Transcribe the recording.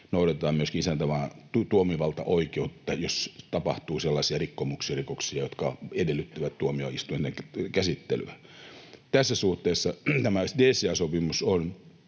noudatetaan myöskin isäntämaan tuomiovaltaoikeutta, jos tapahtuu sellaisia rikkomuksia, rikoksia, jotka edellyttävät tuomioistuinten käsittelyä. Tässä suhteessa tämä DCA-sopimus on